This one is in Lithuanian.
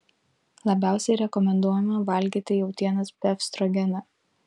labiausiai rekomenduojama valgyti jautienos befstrogeną